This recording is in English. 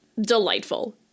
delightful